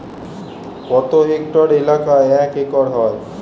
কত হেক্টর এলাকা এক একর হয়?